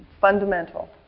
fundamental